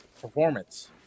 performance